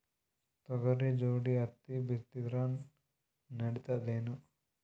ತೊಗರಿ ಜೋಡಿ ಹತ್ತಿ ಬಿತ್ತಿದ್ರ ನಡಿತದೇನು?